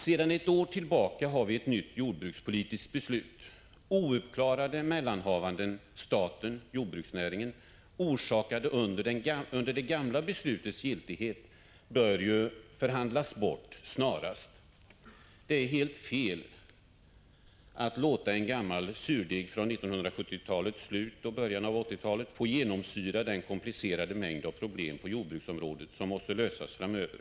Sedan ett år tillbaka har vi ett nytt jordbrukspolitiskt beslut. Ouppklarade mellanhavanden mellan staten och jordbruksnäringen, orsakade under det gamla beslutets giltighet, bör förhandlas bort snarast. Det är helt fel att låta en gammal surdeg från 1970-talets slut och 1980-talets början få genomsyra den komplicerade mängd av problem på jordbruksområdet som måste lösas framöver.